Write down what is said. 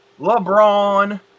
lebron